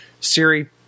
siri